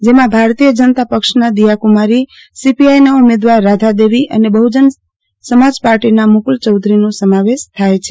જેમાં ભારતીય જનતા પક્ષના દીયા કુમારી સીપીઆઈના ઉમેદવાર રાધાદેવી અને બહુજન સમાજ પાર્ટીના મુકુલ ચૌધરીનો સમાવેશ થાય છે